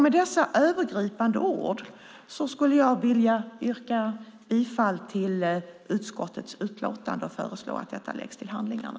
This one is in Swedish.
Med dessa övergripande ord vill jag yrka bifall till förslaget i utskottets utlåtande och föreslå att detta läggs till handlingarna.